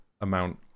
amount